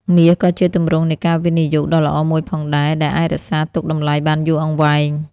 មាសក៏ជាទម្រង់នៃការវិនិយោគដ៏ល្អមួយផងដែរ ដែលអាចរក្សាទុកតម្លៃបានយូរអង្វែង។